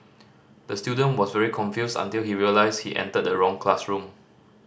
the student was very confused until he realised he entered the wrong classroom